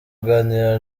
kuganira